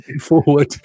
forward